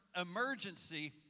emergency